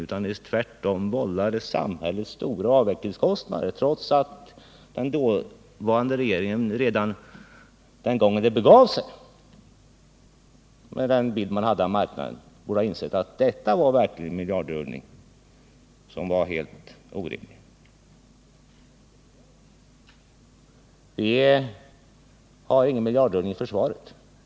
Tvärtom vållade detta projekt samhället stora avvecklingskostnader, trots att den dåvarande regeringen redan den gång det begav sig och med den bild man då hade av marknaden borde ha insett att det verkligen var en helt orimlig miljardrullning. Inom försvaret sker ingen miljardrullning.